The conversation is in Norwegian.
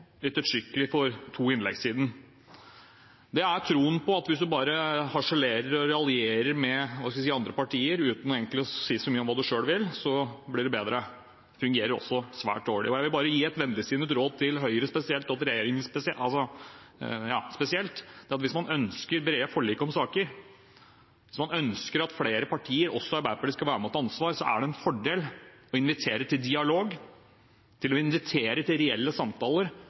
ettertrykkelig for to innlegg siden. Det er troen på at hvis en bare harselerer og raljerer med andre partier, uten egentlig å si så mye om hva en selv vil, så blir det bedre. Det fungerer også svært dårlig. Jeg vil bare gi et vennligsinnet råd til Høyre spesielt, og det er at hvis man ønsker brede forlik om saker, hvis man ønsker at flere partier, også Arbeiderpartiet, skal være med og ta ansvar, er det en fordel å invitere til dialog, å invitere til reelle samtaler